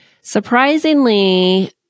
Surprisingly